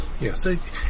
Yes